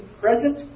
present